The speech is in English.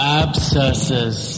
abscesses